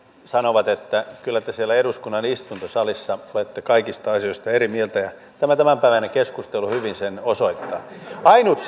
sanovat että kyllä te siellä eduskunnan istuntosalissa olette kaikista asioista eri mieltä ja tämä tämänpäiväinen keskustelu hyvin sen osoittaa ainut